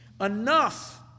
enough